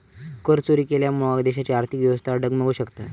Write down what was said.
करचोरी केल्यामुळा देशाची आर्थिक व्यवस्था डगमगु शकता